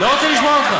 לא רוצה לשמוע אותך.